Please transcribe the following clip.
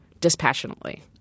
dispassionately